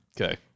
Okay